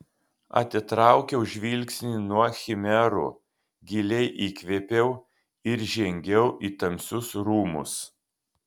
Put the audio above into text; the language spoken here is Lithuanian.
atitraukiau žvilgsnį nuo chimerų giliai įkvėpiau ir žengiau į tamsius rūmus